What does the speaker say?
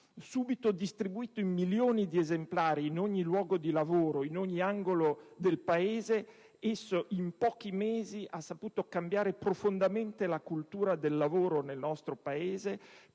Subito distribuito in milioni di esemplari in ogni luogo di lavoro, in ogni angolo del Paese, esso in pochi mesi ha saputo cambiare profondamente la cultura del lavoro nel nostro Paese,